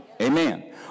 Amen